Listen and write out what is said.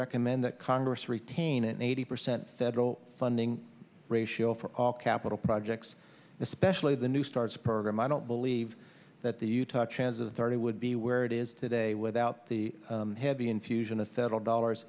recommend that congress retain an eighty percent federal funding ratio for all capital projects especially the new starts program i don't believe that the utah chance of thirty would be where it is today without the heavy infusion of federal dollars